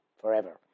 forever